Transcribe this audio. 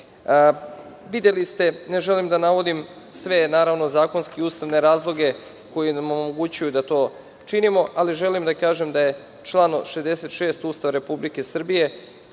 ste, ne želim da navodim sve zakonske i ustavne razloge koji nam omogućuju da to činimo, ali želim da kažem da je članom 66. Ustava Republike Srbije,